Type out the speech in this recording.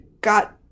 got